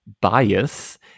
bias